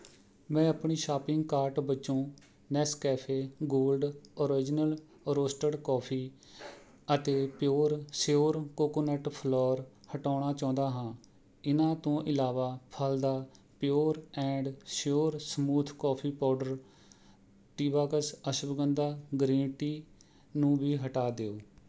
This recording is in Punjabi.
ਮੈਂ ਆਪਣੀ ਸ਼ਾਪਿੰਗ ਕਾਰਟ ਵਿਚੋਂ Nescafe gold original roasted coffee ਅਤੇ ਪਿਓਰ ਸ਼ਿਓਰ ਕੋਕੋਨਟ ਫਲੋਰ ਹਟਾਉਣਾ ਚਾਹੁੰਦਾ ਹਾਂ ਇਨ੍ਹਾਂ ਤੋਂ ਇਲਾਵਾ ਫਲਦਾ pure and sure smooth coffee powder tea box ashwagandha green tea ਨੂੰ ਵੀ ਹਟਾ ਦਿਓ